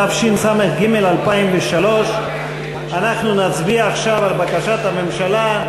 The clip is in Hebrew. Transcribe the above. התשס"ג 2003. אנחנו נצביע עכשיו על בקשת הממשלה.